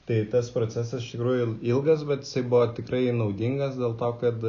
tai tas procesas iš tikrųjų ilgas bet jisai buvo tikrai naudingas dėl to kad